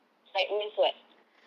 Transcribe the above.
like means what